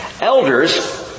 Elders